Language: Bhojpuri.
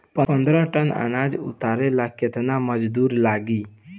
पन्द्रह टन अनाज उतारे ला केतना मजदूर लागी?